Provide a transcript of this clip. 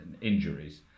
injuries